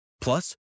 Plus